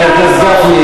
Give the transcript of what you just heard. חבר הכנסת גפני,